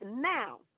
now